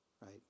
Right